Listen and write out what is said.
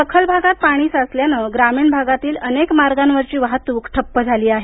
सखल आगात पाणी साचल्यानं ग्रामीण आगातील अनेक मार्गावरची वाहतूक ठप्प झाली आहे